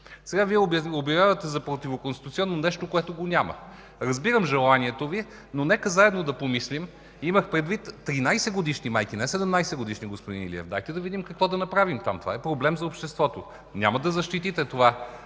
Сега Вие обявявате за противоконституционно нещо, което го няма. Разбирам желанието Ви, но нека заедно да помислим. Имах предвид 13-годишни майки, не 17-годишни, господин Илиев. Дайте да видим какво да направим там, защото това е проблем за обществото. Нали няма да защитите децата